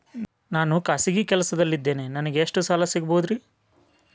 ನಾನು ಖಾಸಗಿ ಕೆಲಸದಲ್ಲಿದ್ದೇನೆ ನನಗೆ ಎಷ್ಟು ಸಾಲ ಸಿಗಬಹುದ್ರಿ?